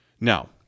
Now